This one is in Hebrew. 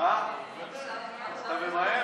אתה ממהר?